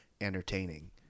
entertaining